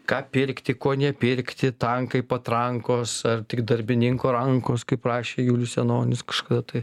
ką pirkti ko nepirkti tankai patrankos ar tik darbininko rankos kaip rašė julius janonis kažkada tai